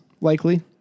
likely